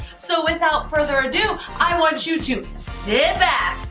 so without further ado, i want you to sit back,